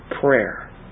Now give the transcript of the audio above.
prayer